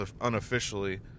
unofficially